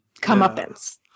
comeuppance